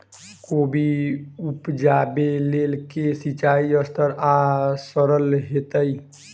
कोबी उपजाबे लेल केँ सिंचाई सस्ता आ सरल हेतइ?